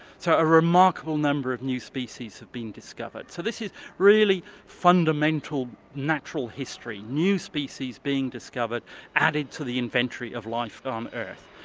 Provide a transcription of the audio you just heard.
so a remarkable number of new species have been discovered. so this is really fundamental natural history, new species being discovered added to the inventory of life on earth.